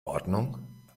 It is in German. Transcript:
ordnung